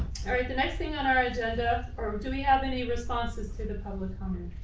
all right, the next thing on our agenda or do we have any responses to the public comment?